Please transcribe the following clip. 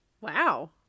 Wow